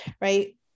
right